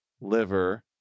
liver